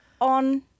on